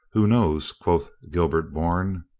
who knows? quoth gilbert bourne.